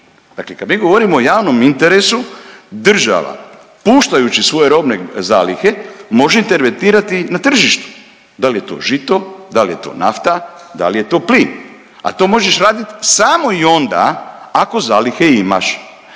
dakle kad mi govorimo o javnom interesu država puštajući svoje robne zalihe može intervenirati na tržištu, da li je to žito, da li je to nafta, da li je to plin, a to možeš radit samo i onda ako zalihe imaš,